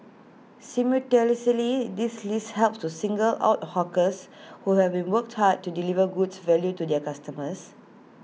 simultaneously this list helps to single out hawkers who have been worked hard to deliver goods value to their customers